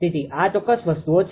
તેથી આ ચોક્કસ વસ્તુઓ છે